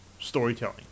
storytelling